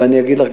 ואגיד לך,